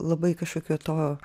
labai kažkokio to